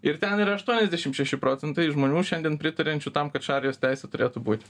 ir ten yra aštuoniasdešim šeši procentai žmonių šiandien pritariančių tam kad šarijos teisė turėtų būti